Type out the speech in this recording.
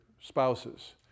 spouses